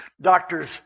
Doctors